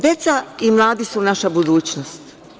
Deca i mladi su naša budućnost.